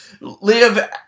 live